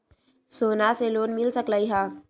सोना से लोन मिल सकलई ह?